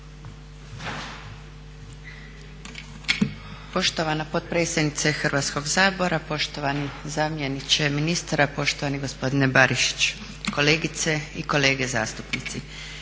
Poštovana potpredsjednice Hrvatskog sabora, poštovani zamjeniče ministra, poštovani gospodine Barišić, kolegice i kolege zastupnici.